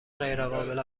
غیرقابل